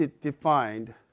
defined